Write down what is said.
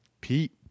Pete